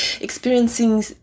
experiencing